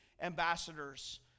Ambassadors